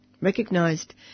recognised